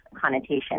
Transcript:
connotation